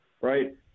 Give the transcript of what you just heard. right